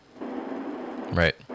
right